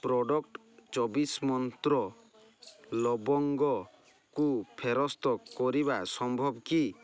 product ଚବିଶ ମନ୍ତ୍ର ଲବଙ୍ଗକୁ ଫେରସ୍ତ କରିବା ସମ୍ଭବ କି